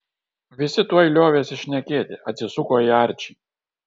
visi tuoj liovėsi šnekėti atsisuko į arčį